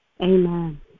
Amen